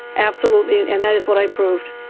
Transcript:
absolutely, and that is what i proved.